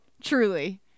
Truly